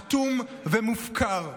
אטום ומופקר.